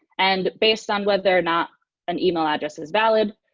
and based on whether or not an email address is valid,